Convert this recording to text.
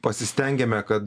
pasistengėme kad